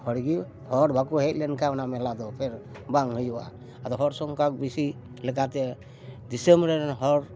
ᱦᱚᱲ ᱜᱮ ᱦᱚᱲ ᱵᱟᱠᱚ ᱦᱮᱡ ᱞᱮᱱᱠᱷᱟᱱ ᱚᱱᱟ ᱢᱮᱞᱟ ᱫᱚ ᱯᱷᱮᱨ ᱵᱟᱝ ᱦᱩᱭᱩᱜᱼᱟ ᱟᱫᱚ ᱦᱚᱲ ᱥᱚᱝᱠᱷᱟ ᱵᱮᱥᱤ ᱞᱮᱠᱟᱛᱮ ᱫᱤᱥᱚᱢ ᱨᱮᱱ ᱦᱚᱲ